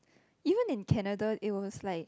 even in Canada it was like